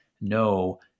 No